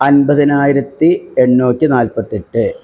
അൻമ്പതിനായിരത്തി എണ്ണൂറ്റി നാൽപ്പത്തെട്ട്